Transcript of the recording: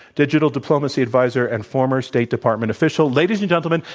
digital diplomacy advisor and former state department official. ladies and gentlemen,